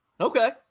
Okay